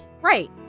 right